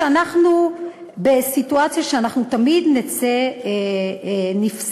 אנחנו בסיטואציה שאנחנו תמיד נצא נפסדים,